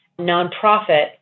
nonprofit